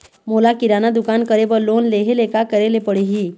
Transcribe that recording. मोला किराना दुकान करे बर लोन लेहेले का करेले पड़ही?